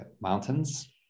Mountains